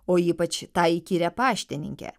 o ypač tą įkyrią paštininkę